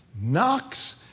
knocks